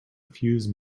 fuse